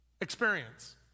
experience